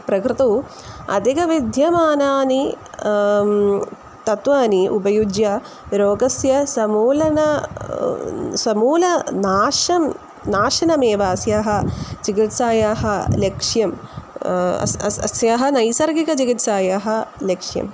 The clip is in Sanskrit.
प्रकृतौ अधिकविद्यमानानि तत्त्वानि उपयुज्य रोगस्य समूलनं समूलनाशः नाशनमेव अस्याः चिकित्सायाः लक्ष्यम् अस्ति अस्ति अस्याः नैसर्गिकचिकित्सायाः लक्ष्यम्